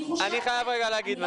אני חושבת,